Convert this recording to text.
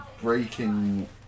breaking